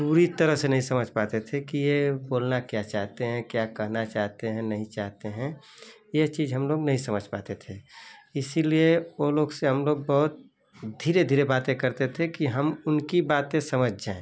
पूरी तरह से नहीं समझ पाते थे कि ये बोलना क्या चाहते हैं क्या कहना चाहते हैं नहीं चाहते हैं ये चीज़ हम लोग नहीं समझ पाते थे इसलिए वो लोग से हम लोग बहुत धीरे धीरे बातें करते थे कि हम उनकी बातें समझ जाएँ